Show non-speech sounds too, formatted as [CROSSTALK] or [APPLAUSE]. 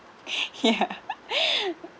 [LAUGHS] yeah